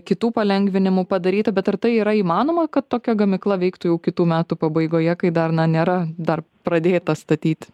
kitų palengvinimų padaryta bet ar tai yra įmanoma kad tokia gamykla veiktų jau kitų metų pabaigoje kai dar na nėra dar pradėta statyt